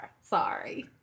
Sorry